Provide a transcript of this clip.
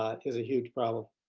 like is a huge problem.